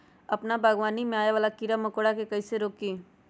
अपना बागवानी में आबे वाला किरा मकोरा के कईसे रोकी?